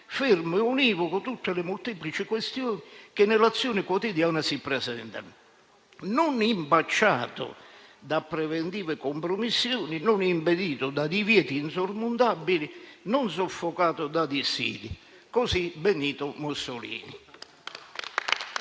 fermo e univoco tutte le molteplici questioni che nell'azione quotidiana si presentano, non impacciato da preventive compromissioni, non impedito da divieti insormontabili, non soffocato da dissidi. Così Benito Mussolini.